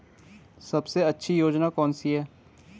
सबसे अच्छी योजना कोनसी है?